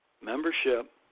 membership